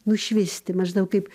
nušvisti maždaug kaip